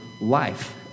life